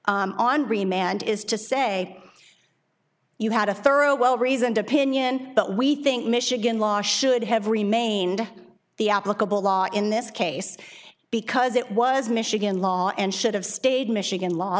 mand is to say you had a thorough well reasoned opinion but we think michigan law should have remained the applicable law in this case because it was michigan law and should have stayed in michigan la